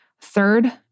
Third